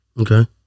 Okay